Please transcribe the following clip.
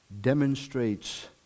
demonstrates